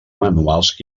manuals